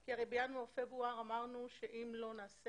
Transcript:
כי הרי בינואר-פברואר אמרנו שאם לא נעשה